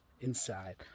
inside